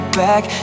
back